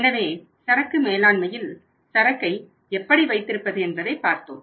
எனவே சரக்கு மேலாண்மையில் சரக்கை எப்படி வைத்திருப்பது என்பதை பார்த்தோம்